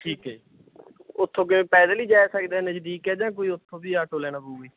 ਠੀਕ ਹੈ ਉੱਥੋਂ ਕਿ ਪੈਦਲ ਹੀ ਜਾ ਸਕਦੇ ਨਜ਼ਦੀਕ ਹੈ ਜਾਂ ਕੋਈ ਉੱਥੋਂ ਦੀ ਆਟੋ ਲੈਣਾ ਪਊਗਾ ਜੀ